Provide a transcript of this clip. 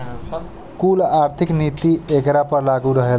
कुल आर्थिक नीति एकरा पर लागू रहेला